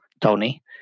Tony